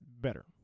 better